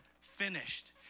finished